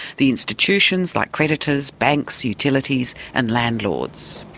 the institutions like creditors, banks, utilities and landlords.